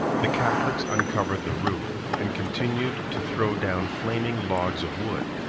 the catholics uncovered the roof, and continued to throw down flaming logs of wood,